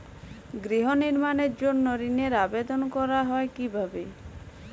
গৃহ নির্মাণের জন্য ঋণের আবেদন করা হয় কিভাবে?